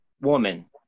woman